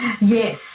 yes